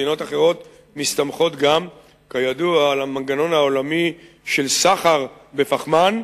מדינות אחרות מסתמכות גם על המנגנון העולמי של סחר בפחמן,